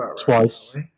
twice